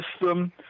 System